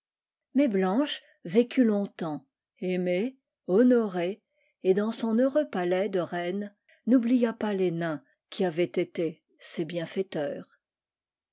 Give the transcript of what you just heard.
îiîûis blanche vécut longtemps aimée honorée et dans son heureux palais de reine n'oublia pas les nains qui avaient été ses bienfaiteurs